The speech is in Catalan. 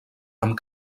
amb